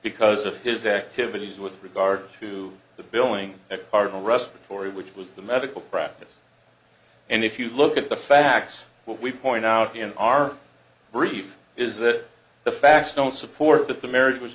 because of his activities with regard to the billing article respiratory which was the medical practice and if you look at the facts what we point out in our brief is that the facts don't support that the marriage was